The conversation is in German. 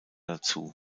dazu